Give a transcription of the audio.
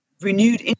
renewed